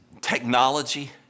technology